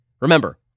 Remember